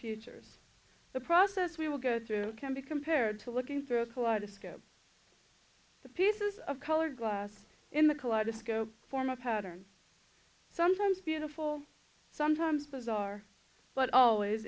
futures the process we will go through can be compared to looking through a kaleidoscope the pieces of colored glass in the kaleidoscope form of patterns sometimes beautiful sometimes bizarre but always